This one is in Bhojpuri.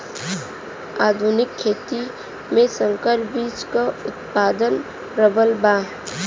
आधुनिक खेती में संकर बीज क उतपादन प्रबल बा